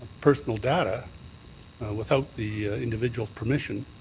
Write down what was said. personal data without the individual's permission.